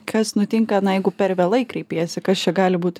kas nutinka na jeigu per vėlai kreipiesi kas čia gali būt